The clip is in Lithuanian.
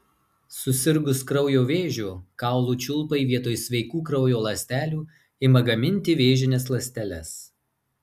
susirgus kraujo vėžiu kaulų čiulpai vietoj sveikų kraujo ląstelių ima gaminti vėžines ląsteles